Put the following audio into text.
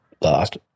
last